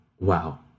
wow